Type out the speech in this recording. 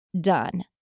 done